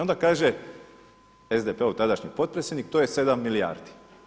Onda kaže SDP-ov tadašnji potpredsjednik to je 7 milijardi.